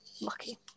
lucky